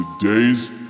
today's